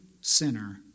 sinner